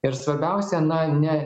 ir svarbiausia na ne